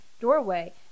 doorway